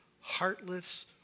heartless